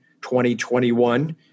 2021